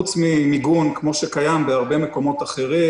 פרט למיגון כפי שקיים בהרבה מקומות אחרים,